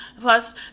Plus